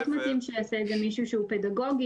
מתאים שיעשה את זה מישהו שהוא פדגוגי,